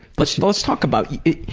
let's let's talk about it.